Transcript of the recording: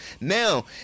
Now